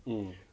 um